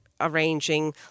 arranging